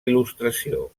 il·lustració